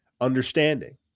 understanding